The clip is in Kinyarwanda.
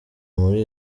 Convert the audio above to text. muri